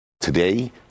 Today